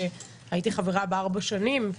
שהייתי חברה בה ארבע שנים,